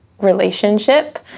relationship